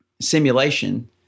simulation